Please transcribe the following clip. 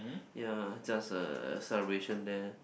ya just a celebration there